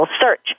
search